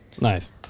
Nice